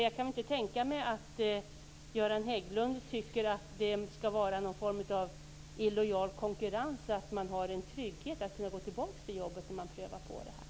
Jag kan inte tänka mig att Göran Hägglund tycker att tryggheten att kunna gå tillbaka till jobbet när man har prövat på att driva näringsverksamhet utgör någon form av illojal konkurrens.